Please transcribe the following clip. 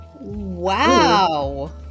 wow